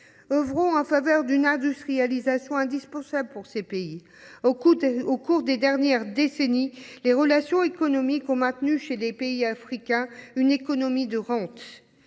Œuvrons en faveur de l’industrialisation indispensable de ces pays. Au cours des dernières décennies, les relations économiques ont maintenu dans les États africains une économie de rente.